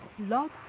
Love